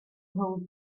hold